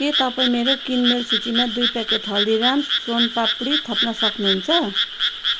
के तपाईँ मेरो किनमेल सूचीमा दुई प्याकेट हल्दीराम्स सोनपापडी थप्न सक्नुहुन्छ